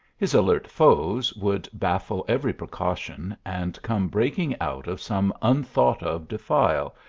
his alert foes would baffle every precaution, and come breaking out of some unthought-of defile,